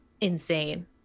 insane